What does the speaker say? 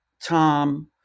Tom